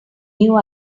new